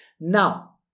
Now